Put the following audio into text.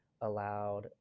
allowed